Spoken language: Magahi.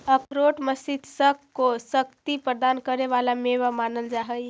अखरोट मस्तिष्क को शक्ति प्रदान करे वाला मेवा मानल जा हई